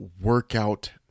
workout